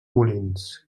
molins